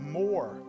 more